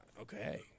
Okay